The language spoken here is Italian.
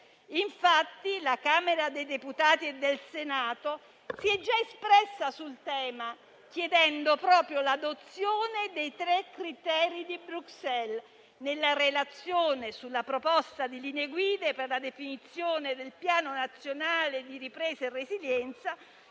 Infatti, la Camera dei deputati e il Senato si sono già espressi sul tema, chiedendo proprio l'adozione dei tre criteri di Bruxelles nella relazione sulla proposta di linee guida per la definizione del Piano nazionale di ripresa e resilienza